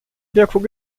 bierkrug